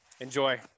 Enjoy